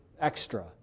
extra